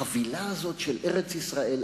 החבילה הזאת של ארץ-ישראל,